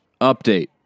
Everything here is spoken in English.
update